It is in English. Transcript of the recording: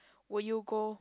would you go